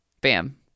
bam